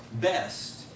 best